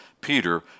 Peter